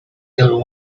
till